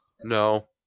No